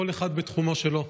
כל אחד בתחומו שלו.